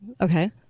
Okay